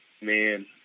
man